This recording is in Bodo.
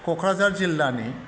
क'क्राझार जिल्लानि